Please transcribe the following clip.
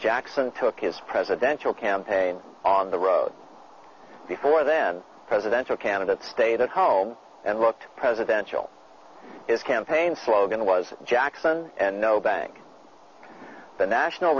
jackson took his presidential campaign on the road before then presidential candidate stayed at home and looked presidential his campaign slogan was jackson and no bank the national